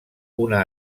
una